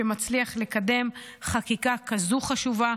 שמצליח לקדם חקיקה כזו חשובה,